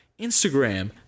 Instagram